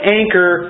anchor